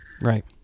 Right